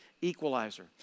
equalizer